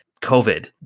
COVID